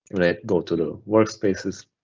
when i go to the workspaces,